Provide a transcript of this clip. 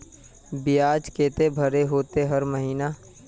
बियाज केते भरे होते हर महीना?